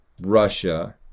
Russia